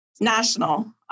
national